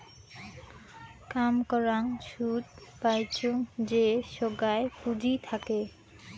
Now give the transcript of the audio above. কাম করাং সুদ পাইচুঙ যে সোগায় পুঁজি থাকে